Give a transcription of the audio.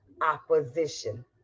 opposition